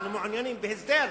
אנחנו מעוניינים בהסדר,